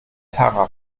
tara